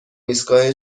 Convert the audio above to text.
ایستگاه